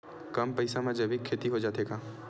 कम पईसा मा जैविक खेती हो जाथे का?